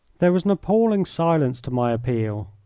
there was an appalling silence to my appeal.